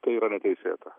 tai yra neteisėta